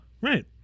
Right